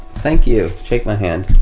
thank you. shake my hand.